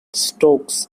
stokes